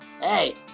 hey